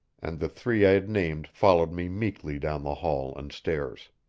and the three i had named followed me meekly down the hall and stairs.